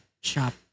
shop